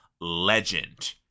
legend